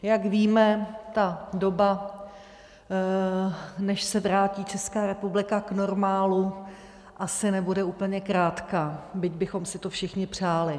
Jak víme, ta doba, než se vrátí Česká republika k normálu, asi nebude úplně krátká, byť bychom si to všichni přáli.